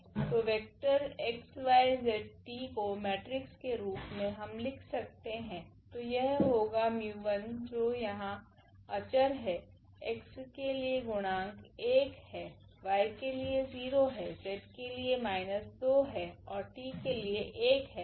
तो vector x y z t को matrix के रूप मे हम लिख सकते है तो यह होगा जो यहाँ अचर है x के लिए गुणांक 1 है y के लिए 0 है z के लिए यह 2 है और t के लिए 1 है